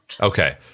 okay